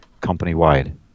company-wide